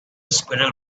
squirrel